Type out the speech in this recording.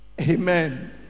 amen